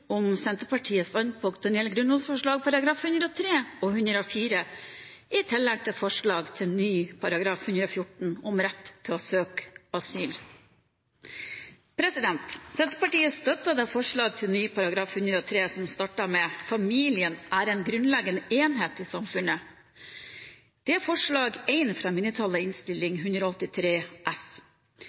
om Senterpartiets standpunkt når det gjelder grunnlovsforslagene §§ 103 og 104, i tillegg til forslag til ny § 114 og rett til å søke asyl. Senterpartiet støtter forslaget til ny § 103, som starter med: «Familien er en grunnleggende enhet i samfunnet.» Dette er forslag nr. 1 fra mindretallet i Innst. 183 S.